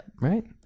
Right